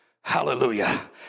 Hallelujah